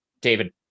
David